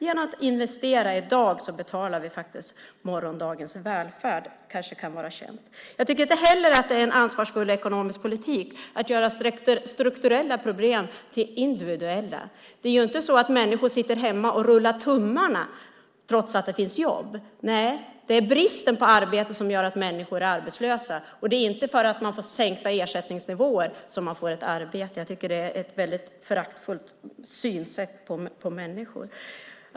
Genom att investera i dag betalar vi morgondagens välfärd. Det kanske kan vara känt. Jag tycker inte heller att det är en ansvarsfull ekonomisk politik att göra strukturella problem till individuella. Människor sitter inte hemma och rullar tummarna trots att det finns jobb. Det är bristen på arbete som gör att människor är arbetslösa. Det är inte för att man får sänkta ersättningsnivåer som man får ett arbete. Jag tycker att det är ett väldigt föraktfullt synsätt på människor.